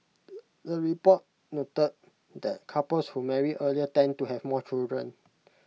the report noted that couples who marry earlier tend to have more children